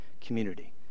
community